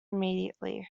immediately